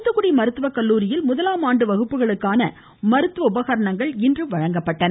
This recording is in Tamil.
தூத்துக்குடி மருத்துவக்கல்லூரியில் முதலாம் ஆண்டு வகுப்புகளுக்கான மருத்துவ உபகரணங்கள் இன்று வழங்கப்பட்டன